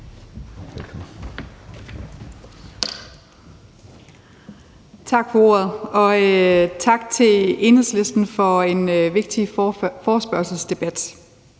Tak for ordet, og tak til Enhedslisten for en vigtig forespørgselsdebat.